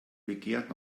begehrt